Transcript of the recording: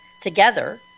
together –